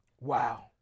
Wow